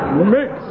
Mix